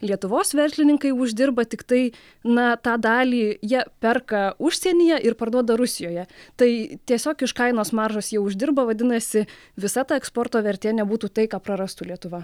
lietuvos verslininkai uždirba tiktai na tą dalį jie perka užsienyje ir parduoda rusijoje tai tiesiog iš kainos maržos jie uždirba vadinasi visa ta eksporto vertė nebūtų tai ką prarastų lietuva